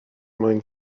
mwyn